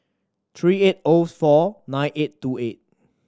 three eight O four nine eight two eight